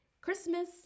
Christmas